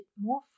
more